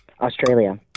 Australia